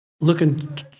looking